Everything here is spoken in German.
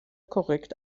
korrekt